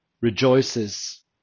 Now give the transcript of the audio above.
rejoices